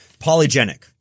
Polygenic